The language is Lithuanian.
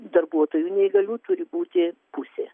darbuotojų neįgalių turi būti pusė